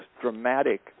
dramatic